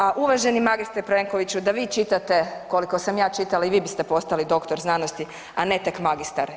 A uvaženi magistre Plenkoviću da vi čitate koliko sam ja čitala i vi biste postali doktor znanosti, a ne tek magistar.